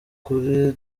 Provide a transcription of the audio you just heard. kuri